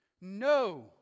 No